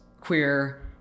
queer